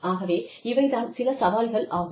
ஆகவே இவை தான் சில சவால்கள் ஆகும்